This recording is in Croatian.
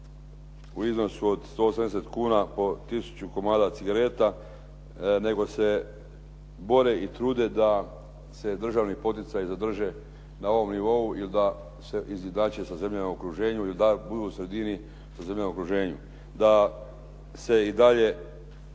u iznosu od 180 kn po 1000 komada cigareta nego se bore i trude da se državni poticaji zadrže na ovom nivou ili da se izjednače sa zemljama u okruženju ili da budu u sredini sa zemljama u okruženju, da se i dalje